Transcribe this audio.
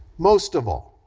most of all,